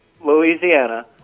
Louisiana